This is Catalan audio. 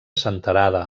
senterada